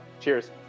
Cheers